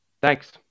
Thanks